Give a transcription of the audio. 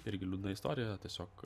irgi liūdna istorija tiesiog